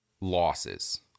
losses